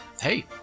hey